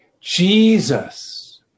Jesus